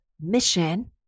mission